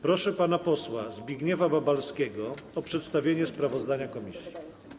Proszę pana posła Zbigniewa Babalskiego o przedstawienie sprawozdania komisji.